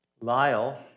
Lyle